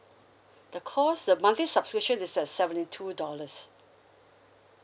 the cost the monthly subscription it's uh seventy two dollars